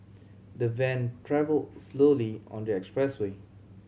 the van travel slowly on the expressway